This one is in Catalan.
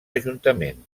ajuntament